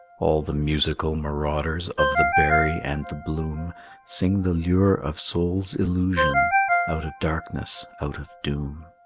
all the musical marauders of the berry and the bloom sing the lure of soul's illusion out of darkness, out of doom.